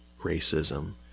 racism